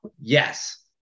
Yes